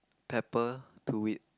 pepper to it